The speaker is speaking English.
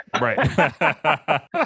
Right